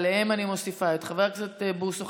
ועליהם אני מוסיפה את חבר הכנסת בוסו,